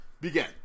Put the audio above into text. Begin